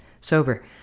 sober